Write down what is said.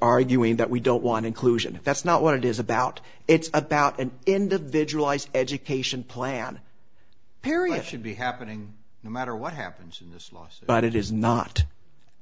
arguing that we don't want inclusion that's not what it is about it's about an individual ice education plan period should be happening no matter what happens in this lawsuit but it is not